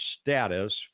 status